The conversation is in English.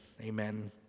Amen